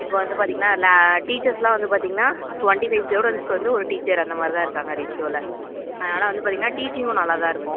இப்போ வந்து பார்த்திங்கன்னா லா டீச்சர்ஸ்லாம் வந்து பார்த்திங்கன்னா டுவெண்ட்டி ஃபைவ் ஸ்டூடண்ட்ஸுக்கு வந்து ஒரு டீச்சர் அந்தமாதிரி தான் இருக்காங்க எங்கள் ஸ்கூலில் அதனால் வந்து பார்த்திங்கன்னா டீச்சிங்கும் வந்து நல்லா தான் இருக்கும்